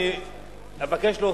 אני אבקש להוסיף,